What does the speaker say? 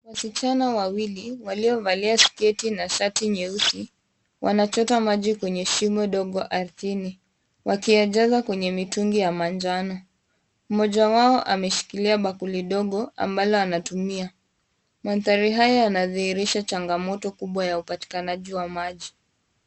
Wasichana wawili waliovalia sketi na shati nyeusi, wanachota maji kwenye shimo dogo ardini, wakiyajaza kwenye mitungi ya manjano. Mmoja wao amesshikilia bakuli dogo ambalo analitumia . Mandhari haya yanadhihirisha changamoto kubwa ya upatikanaji wa maji.